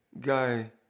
guy